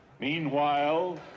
Meanwhile